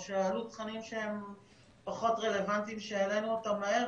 או שעלו תכנים שהם פחות רלוונטיים שהעלינו אותם מהר.